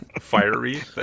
Fiery